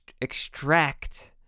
extract